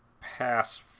pass